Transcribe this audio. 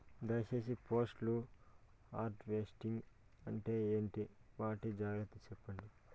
దయ సేసి post harvesting అంటే ఏంటి? వాటి జాగ్రత్తలు సెప్పండి?